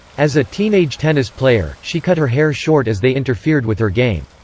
as a teenage tennis player, she cut her hair short as they interfered with her game.